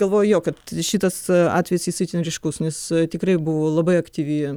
galvoju jo kad šitas atvejis jis itin ryškus nes tikrai buvo labai aktyvi